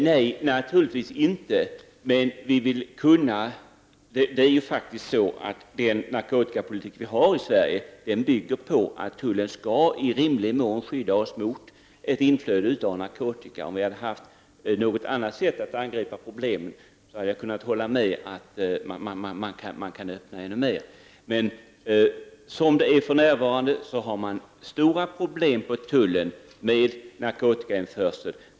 Herr talman! Nej, naturligtvis inte. Men den narkotikapolitik vi för i Sverige bygger på att tullen i rimlig mån skall skydda oss mot ett inflöde av narkotika. Om vi hade haft något annat sätt att angripa problemet så hade jag kunnat hålla med om att man kunde öppna gränserna mer. Sådan situationen är för närvarande har tullen stora problem med narkotikainförseln.